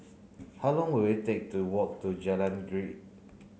how long will it take to walk to Jalan